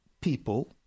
people